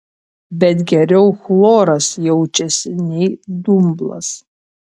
bet geriau chloras jaučiasi nei dumblas